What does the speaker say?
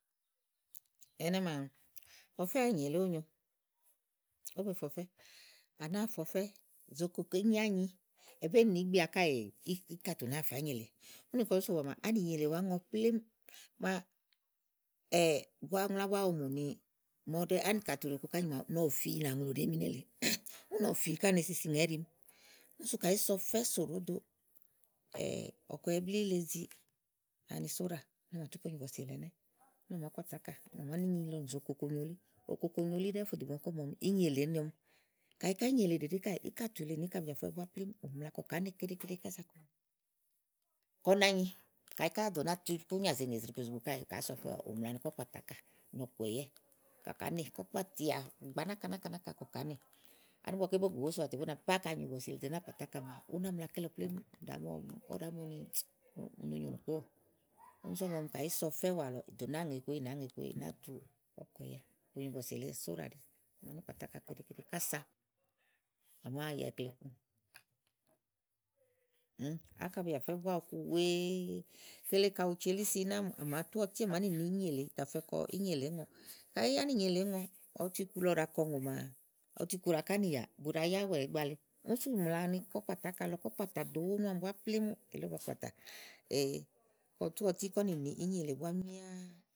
ɛnɛ́ àámi ɔfɛ́ ànyì èle ówo nyo ówó be fè ɔfɛ́, à nàáa fè ɔfɛ́ zòo koko ínyi ányi è bé nì ígbia káèè íkàtù nàáa fè ányi èle. úni ka òó sowàa maa, ànìnyi èle wàá ŋɔ plémú màa bù wàá ŋlɔ ábua ówò mù ni màa ɔwɔ ɖèe, ánikatù ɖòo koko ányi màawu ni ɔfi nàŋlu ɖèé mi nélèe úni ɔ̀fi ká ne si si ŋà íɖimi. Sú kayi ìí so ɔfɛ́ sò ɖòó do ɔ̀kùɛ̀yɛ blíí le zi ani sóɖà úni à mà tú fò nyo bɔ̀sì èle ɛnɛ́ úni à màá kpatà ákà à màá ni ínyi lɔ nì zo. Kokonyo elí, okokonyo elí ɖɛ́ɛ́ fò dò ìgbè màaké ɔmi mù ni ínyi èle èé neɔmi káɖí ínyi èle ɖèɖé káà íkàtì èle nì íkabi àfɛ́ búá plémú ù mla ni kàá ne keɖe keɖe keɖe kása kɔ̀ nányi kaɖí ò dò nàáa atu kɔ́ kpàtà ákà nɔ̀kùɛ̀yɛ kàá ne kɔ̀ kpàtìà náka náka náka kɔ kàá nè ani ígb bégù bòó so wàa tè bú nà po ákà nyo bɔ̀sì èle tè ni àá kpàtà ákà ú ná mla kélɔ plémú ɖàá nɛ ówó ɖàá mu ni, u no nyo ìnùkpoówò úni sú ɔmi ɔmi kayi ìí so ɔfɛ́ wa àlɔ, ì nàáa ŋè iku èéè, ì nàáa ŋe iku iku èéè ì nàáa tu ɔ̀kùɛ̀yɛ nyo bɔ̀sì èle sóɖáɖí à màá kpatà nì íkàtù keɖe keɖe kása à màá ŋè ikle ákabi àfɛ́ búá ɔkuwèe kele ka ù ci ínà mù, àmà tú ɔti à màá ni nìi ínyi èle ì tà fɛ kɔ ínyi èle é ŋɔ̀ɔ̀ kayi ánìnyi èle èénŋɔ, ɔwɔ tu iku lɔ ɖàa kɔùŋò maa ɔwɔ tu iku ɖàa kɔ ánìyà bù ɖàa yáwɛ̀ ígba le úni sú ùmla ni kɔ kpàtà áka lɔ kɔ̀ kpàtà ɖò uwónu ánibúá plémú elí ba kpàtà kɔ tú ɔti kɔ̀ nì ni ínyi èle búá míá.